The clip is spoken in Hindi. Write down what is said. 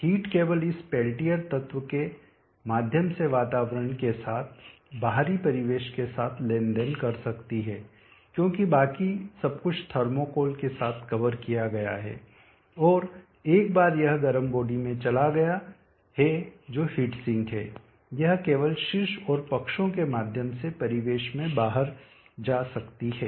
हीट केवल इस पिलेटियर तत्व के माध्यम से वातावरण के साथ बाहरी परिवेश के साथ लेन देन कर सकती है क्योंकि बाकी सब कुछ थर्मोकोल के साथ कवर किया गया है और एक बार यह गर्म बॉडी में चला गया है जो हीट सिंक है यह केवल शीर्ष और पक्षों के माध्यम से परिवेश में बाहर जा सकती है